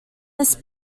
miss